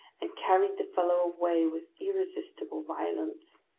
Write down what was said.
and carried the fellow away with irresistible violence.